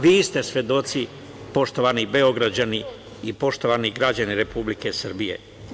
Vi ste svedoci, poštovani Beograđani i poštovani građani Republike Srbije.